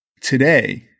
Today